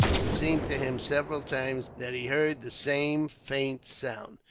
it seemed to him, several times, that he heard the same faint sound.